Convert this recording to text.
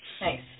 Nice